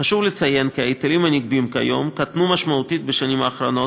חשוב לציין כי ההיטלים הנגבים כיום קטנו משמעותית בשנים האחרונות,